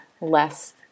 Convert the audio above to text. less